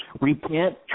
repent